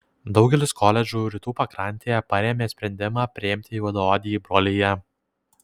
daugelis koledžų rytų pakrantėje parėmė sprendimą priimti juodaodį į broliją